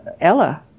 Ella